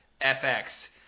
FX